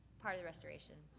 part of the restoration.